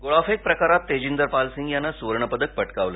गोळाफेक प्रकारात तेजिंदरपाल सिंग यानं सुवर्णपदक पटकावलं